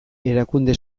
erakunde